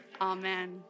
Amen